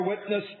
witness